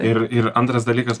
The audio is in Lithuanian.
ir ir antras dalykas